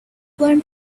blown